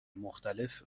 مختلف